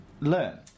learn